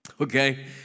okay